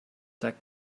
that